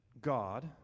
God